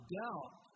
doubt